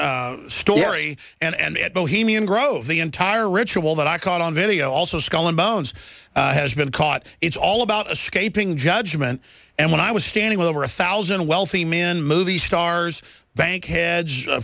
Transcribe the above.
in story and yet no he me and drove the entire ritual that i caught on video also skull and bones has been caught it's all about escaping judgment and when i was standing over a thousand wealthy men movie stars bank heads